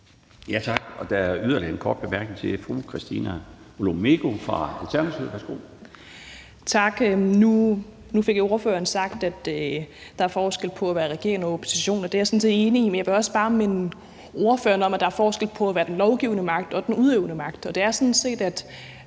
Tak. Og der er yderligere en kort bemærkning. Fru Christina Olumeko fra Alternativet. Værsgo. Kl. 16:54 Christina Olumeko (ALT): Tak. Nu fik ordføreren sagt, at der er forskel på at være i regering og i opposition, og det er jeg sådan set enig i. Men jeg vil også bare minde ordføreren om, at der er forskel på at være den lovgivende magt og være den udøvende magt. Det er sådan set